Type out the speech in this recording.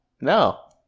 no